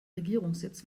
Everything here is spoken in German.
regierungssitz